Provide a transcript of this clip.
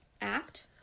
act